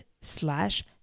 slash